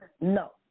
No